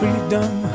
Freedom